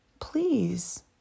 please